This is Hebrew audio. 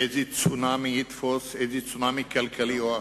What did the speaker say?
איזה צונאמי יתפוס, צונאמי כלכלי או אחר,